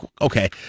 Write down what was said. okay